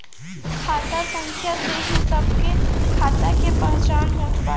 खाता संख्या से ही सबके खाता के पहचान होत बाटे